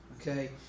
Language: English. Okay